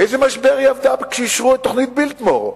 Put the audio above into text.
איזה משבר היא עברה כשאישרו את תוכנית בילטמור,